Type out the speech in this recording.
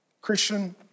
Christian